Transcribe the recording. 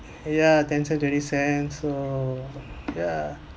ya ten cents twenty cents so yeah